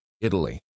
Italy